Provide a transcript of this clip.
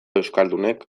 euskaldunek